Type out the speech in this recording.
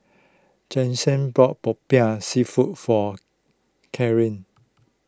Jensen bought Popiah Seafood for Kathern